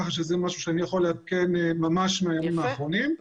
כך שזה משהו שאני יכול לעדכן ממש מהימים האחרונים.